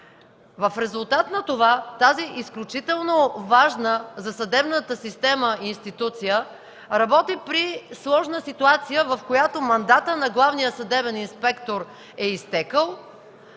В резултат на това тази изключително важна за съдебната система институция работи при сложна ситуация, в която мандатът на главния съдебен инспектор е изтекъл.